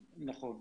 נכון.